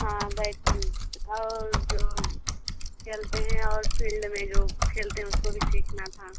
हाँ बैएटिंग और जो खेलते हैं और फ़ील्ड में जो खेलते हैं उसको भी सीखना था